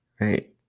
right